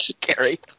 Gary